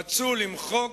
רצו למחוק,